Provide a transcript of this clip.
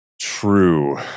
True